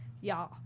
y'all